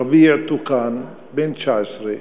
רביע טוקאן, בן 19,